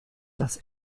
das